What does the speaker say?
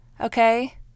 okay